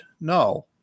no